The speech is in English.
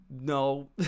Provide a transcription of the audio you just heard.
no